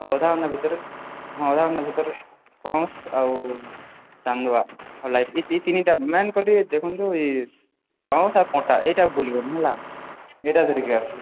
ଅଧଘଣ୍ଟା ଭିତରେ ହଁ ଅଧଘଣ୍ଟା ଭିତରେ ବାଉଁଶ ଆଉ ଚାନ୍ଦୁଆ ଆଉ ଲାଇଟ୍ ଏଇ ଦୁଇ ତିନିଟା ମେନ୍ କରି ଦେଖନ୍ତୁ ଇଏ ବାଉଁଶ ଆଉ କଣ୍ଟା ଏଇଟା ଭୁଲିବନି ହେଲା ଏଇଟା ଧରିକି ଆସ